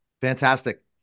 Fantastic